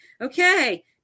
okay